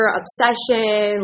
obsession